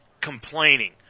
complaining